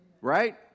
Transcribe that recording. Right